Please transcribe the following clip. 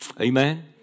Amen